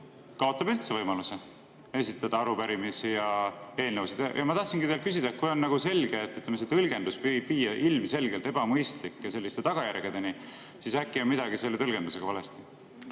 kaotab üldse võimaluse esitada arupärimisi ja eelnõusid. Ma tahtsingi küsida, et kui on selge, et see tõlgendus võib viia ilmselgelt ebamõistlike tagajärgedeni, siis äkki on midagi selle tõlgendusega valesti.